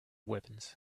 weapons